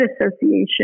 association